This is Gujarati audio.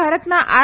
ભારતના આર